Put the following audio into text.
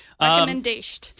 Recommendation